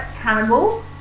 Cannibal